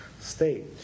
state